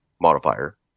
modifier